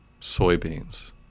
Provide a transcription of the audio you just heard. soybeans